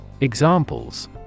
Examples